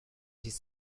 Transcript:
his